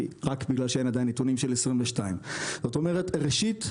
רק בגלל שאין עדין נתונים של 2022. זאת אומרת ראשית,